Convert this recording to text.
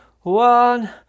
one